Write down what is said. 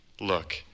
Look